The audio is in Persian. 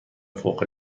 فوق